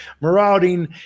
marauding